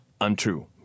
untrue